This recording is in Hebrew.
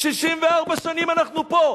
64 שנים אנחנו פה.